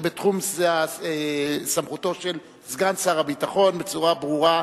זו סמכותו של סגן שר הביטחון בצורה ברורה,